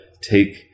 take